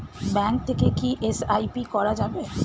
Bank থেকে কী SIP করা যাবে?